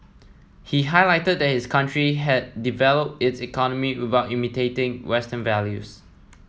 he highlighted that his country had developed its economy without imitating western values